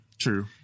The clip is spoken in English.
True